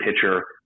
pitcher